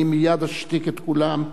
אני מייד אשתיק את כולם.